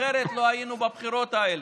אחרת לא היינו בבחירות האלה.